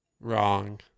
Wrong